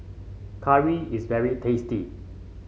curry is very tasty